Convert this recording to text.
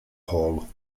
hall